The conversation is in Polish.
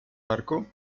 parku